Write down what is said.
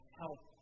help